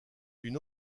une